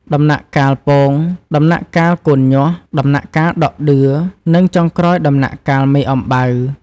ដំណាក់កាលពង, ដំណាក់កាលកូនញាស់, ដំណាក់កាលដក់ដឿ និងចុងក្រោយដំណាក់កាលមេអំបៅ។